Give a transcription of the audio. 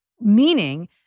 Meaning